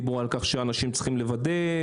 דיברו על כך שאנשים צריכים לוודא,